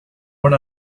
one